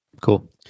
Cool